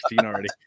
already